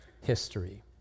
history